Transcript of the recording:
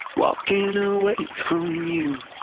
walking you know away from you